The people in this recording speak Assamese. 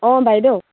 অঁ বাইদেউ